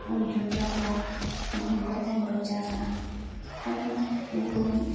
ᱡᱚᱸᱰᱨᱟ ᱠᱚ ᱜᱩᱦᱩᱢ ᱠᱚ ᱛᱟᱦᱮᱱ ᱵᱚ ᱪᱟᱥᱟ ᱟᱫᱚ ᱜᱩᱦᱩᱢ